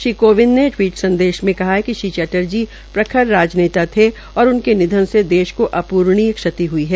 श्री कोविंद ने टवीट संदेश में कहा है कि श्री चैटर्जी प्रखर राजनेता थे और उनके निधन से देश के अप्रणीय क्षति हुई है